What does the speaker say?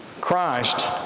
Christ